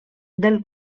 del